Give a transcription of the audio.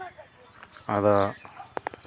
ᱟᱫᱚ